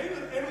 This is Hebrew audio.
מה זה,